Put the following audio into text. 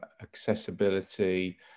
accessibility